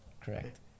correct